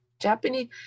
japanese